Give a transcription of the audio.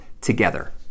together